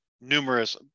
numerous